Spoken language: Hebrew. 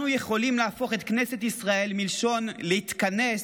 אנחנו יכולים להפוך את כנסת ישראל, מלשון להתכנס,